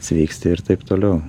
sveiksti ir taip toliau